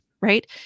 right